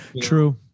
True